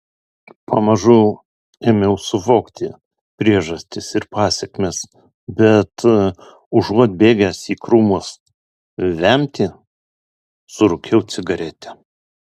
pamažu ėmiau suvokti priežastis ir pasekmes bet užuot bėgęs į krūmus vemti surūkiau cigaretę